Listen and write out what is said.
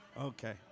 Okay